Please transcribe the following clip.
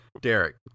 Derek